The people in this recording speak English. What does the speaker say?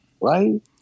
right